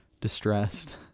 distressed